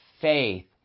faith